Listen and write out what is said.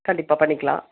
கண்டிப்பாக பண்ணிக்கலாம்